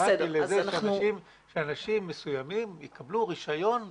התכוונתי לזה שאנשים מסוימים יקבלו רישיון וידעו,